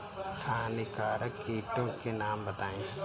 हानिकारक कीटों के नाम बताएँ?